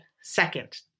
second